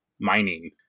mining